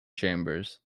chambers